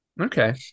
Okay